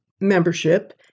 membership